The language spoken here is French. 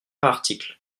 article